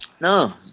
No